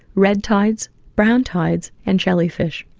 red tides, brown tides, and jellyfish.